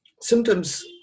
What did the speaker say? symptoms